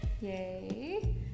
Yay